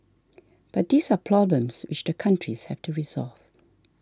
but these are problems which the countries have to resolve